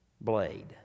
blade